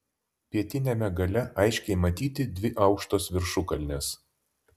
pietiniame gale aiškiai matyti dvi aukštos viršukalnės